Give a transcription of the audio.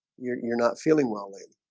you're you're not feeling well lady.